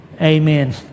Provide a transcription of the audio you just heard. Amen